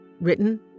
Written